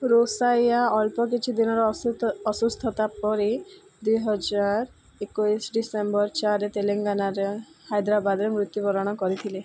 ରୋଷାୟା ଅଳ୍ପ କିଛିଦିନର ଅସୁସ୍ଥତା ପରେ ଦୁଇ ହଜାର ଏକୋଇଶ ଡିସେମ୍ବର ଚାରି ତେଲେଙ୍ଗାନାରେ ହାଇଦ୍ରାବାଦରେ ମୃତ୍ୟୁବରଣ କରିଥିଲେ